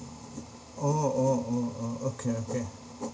oh oh oh oh okay okay